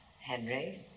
Henry